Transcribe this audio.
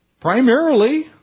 Primarily